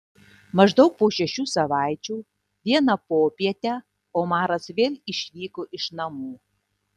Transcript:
maždaug po šešių savaičių vieną popietę omaras vėl išvyko iš namų